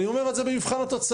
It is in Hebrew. אני אומר את זה במבחן התוצאה,